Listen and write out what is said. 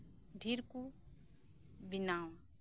ᱰᱷᱤᱨᱠᱩ ᱵᱮᱱᱟᱣᱟ